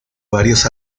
varios